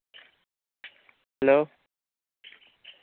hello